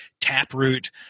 taproot